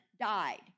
died